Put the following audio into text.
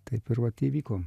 taip ir vat įvyko